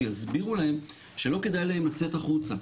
ויסבירו להם שלא כדאי להם לצאת החוצה.